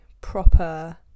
proper